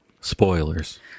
Spoilers